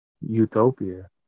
Utopia